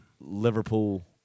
Liverpool